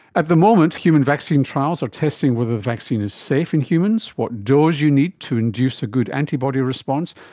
at the moment, human vaccine trials are testing whether the vaccine is safe in humans, what dose you need to induce a good antibody response,